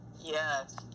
Yes